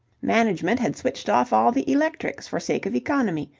management had switched off all the electrics for sake of economy.